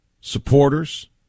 supporters